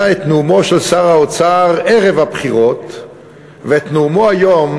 את נאומו של שר האוצר ערב הבחירות ואת נאומו היום,